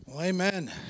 Amen